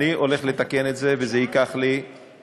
אני הולך לתקן את זה וזה ייקח לי שנה,